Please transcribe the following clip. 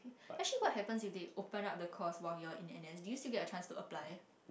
actually what happens if they open up the course while you are in N_S do you still get a chance to apply